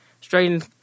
straighten